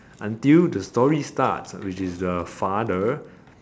until the story start which is the father